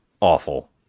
awful